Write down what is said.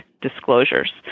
disclosures